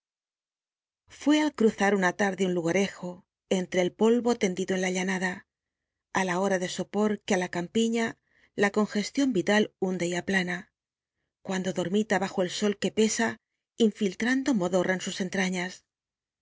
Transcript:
fué al cruzar una tarde un lugarejo entre el polvo tendido en la llanada á la hora de sopor que á la campiña la congestión vital hunde y aplana cuando dormita bajo el sol que pesa infiltrando modorra en sus entrañas